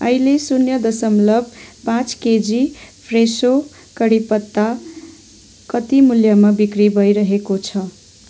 अहिले शून्य दशमलव पाँच केजी फ्रेसो कढीपत्ता कति मूल्यमा बिक्री भइरहेको छ